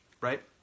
right